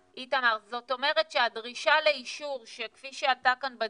זאת אומרת שהדרישה לאישור, כפי שעלתה כאן בדיון,